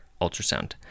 ultrasound